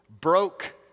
broke